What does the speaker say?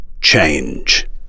change